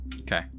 Okay